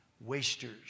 wasters